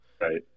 Right